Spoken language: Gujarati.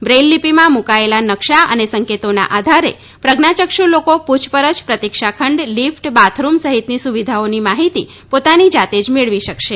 બ્રેઈલ લીપીમાં મુકાયેલા નકશા અને સંકેતોના આધારે પ્રક્ષાયક્ષુ લોકો પુછપરછ પ્રતિક્ષા ખંડ લીફ્ટ બાથરૂમ સહિતની સુવિધાઓની માહિતી પોતાની જાતે જ મેળવી શકશે